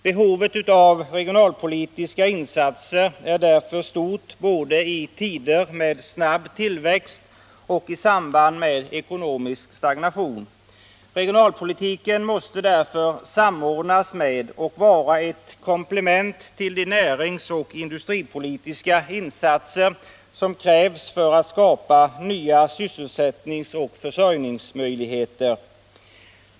Behovet av regionalpolitiska insatser är därför stort både i tider med snabb tillväxt och i samband med ekonomisk stagnation. Regionalpolitiken måste därför samordnas med och vara ett komplement till de näringsoch industripolitiska insatser som krävs för att skapa nya sysselsättningsoch försörjningsmöjligheter.